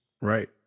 Right